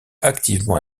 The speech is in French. activement